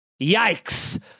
yikes